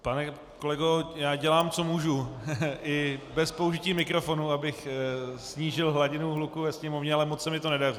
Pane kolego, já dělám, co můžu i bez použití mikrofonu, abych snížil hladinu hluku ve sněmovně, ale moc se mi to nedaří.